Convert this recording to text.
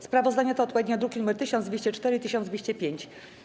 Sprawozdania to odpowiednio druki nr 1204 i 1205.